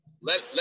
Let